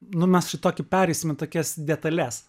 nu mes čia tokį pereisim į tokias detales